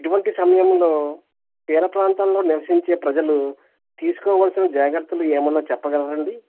ఇటువంటి సమయంలో తీర ప్రాంతంలో నివసించే ప్రజలు తీసుకోవలిసిన జాగ్రత్తలు ఏమైనా చెప్పగలరా అండి